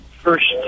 first